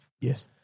Yes